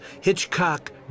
Hitchcock